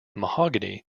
mahogany